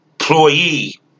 employee